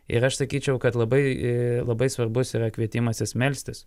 ir aš sakyčiau kad labai labai svarbus yra kvietimas melstis